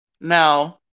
Now